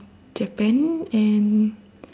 japan and